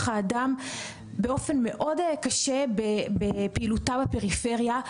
האדם באופן מאוד קשה בפעילותה בפריפריה.